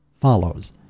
Follows